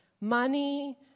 Money